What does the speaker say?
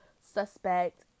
suspect